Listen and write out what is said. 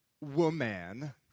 woman